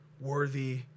worthy